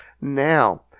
now